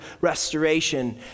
restoration